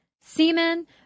semen